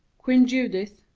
queen judith,